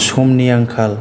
समनि आंखाल